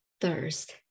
thirst